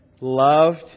loved